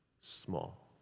small